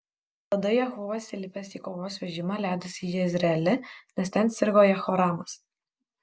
tada jehuvas įlipęs į kovos vežimą leidosi į jezreelį nes ten sirgo jehoramas